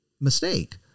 mistake